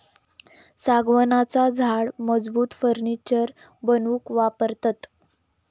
सागवानाचा झाड मजबूत फर्नीचर बनवूक वापरतत